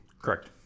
Correct